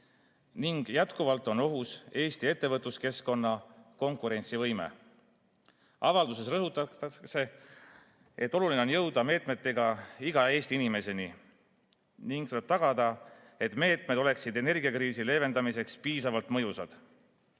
ning jätkuvalt on ohus Eesti ettevõtluskeskkonna konkurentsivõime. Avalduses rõhutatakse, et oluline on jõuda meetmetega iga Eesti inimeseni ning tuleb tagada, et meetmed oleksid energiakriisi leevendamiseks piisavalt mõjusad. Lubage